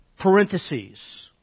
parentheses